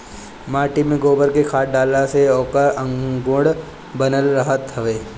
माटी में गोबर के खाद डालला से ओकर गुण बनल रहत हवे